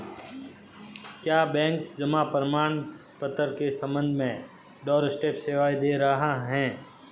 क्या बैंक जमा प्रमाण पत्र के संबंध में डोरस्टेप सेवाएं दे रहा है?